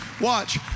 watch